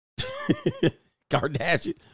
Kardashian